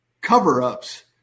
cover-ups